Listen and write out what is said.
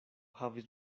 havis